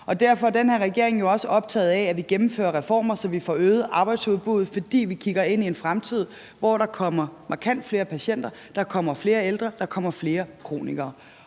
Derfor er den her regering jo også optaget af, at vi gennemfører reformer, så vi får øget arbejdsudbuddet. For vi kigger ind i en fremtid, hvor der kommer markant flere patienter, der kommer flere ældre,